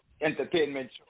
entertainment